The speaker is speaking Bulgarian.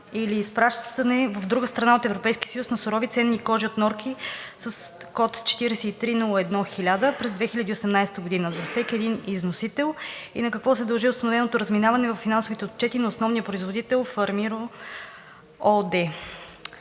или изпращане в друга страна от Европейския съюз на сурови ценни кожи от норки, код 43011000, през 2018 г. от всеки един износител и на какво се дължи установеното разминаване във финансовите отчети на основния производител „Фармиро“ ООД?